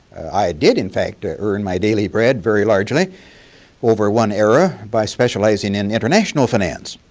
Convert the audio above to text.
i did, in fact, ah earn my daily bread very largely over one era by specializing in international finance.